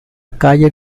calle